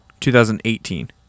2018